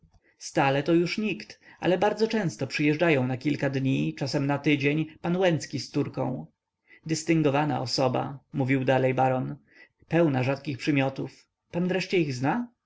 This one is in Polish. stale to już nikt ale bardzo często przyjeżdżają na kilka dni czasem na tydzień pan łęcki z córką dystyngowana osoba mówił dalej baron pełna rzadkich przymiotów pan wreszcie ich zna